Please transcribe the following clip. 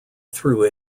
through